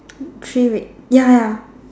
three red ya ya